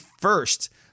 first